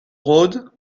road